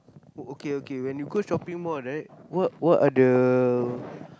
okay okay when you go shopping mall right what what are the